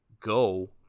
go